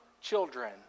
children